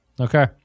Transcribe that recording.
Okay